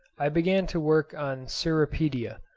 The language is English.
i began to work on cirripedia.